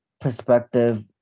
perspective